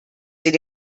den